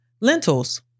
Lentils